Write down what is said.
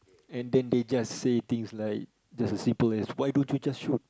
and then they just say things like just as simple as why do you just shoot